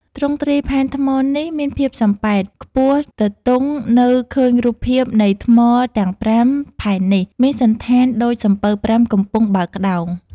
ទ្រង់ទ្រាយផែនថ្មនេះ មានភាពសំប៉ែត ខ្ពស់ទទុងនៅឃើញរូបភាពនៃថ្មទាំង ៥ ផែននេះ មានសណ្ឋានដូចសំពៅ ៥ កំពុងបើកក្តោង។